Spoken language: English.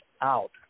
out